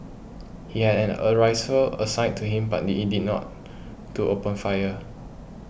he had had a assigned to him but need he did not to open fire